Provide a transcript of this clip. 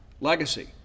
legacy